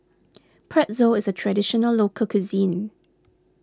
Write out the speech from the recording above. Pretzel is a Traditional Local Cuisine